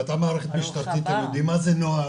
ואתה מערכת משטרתית - אתם יודעים מה זה נוהל.